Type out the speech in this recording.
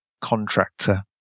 contractor